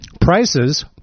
prices